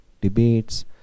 debates